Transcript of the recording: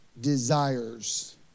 desires